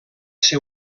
ser